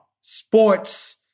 sports